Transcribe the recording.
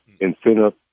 incentive